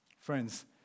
Friends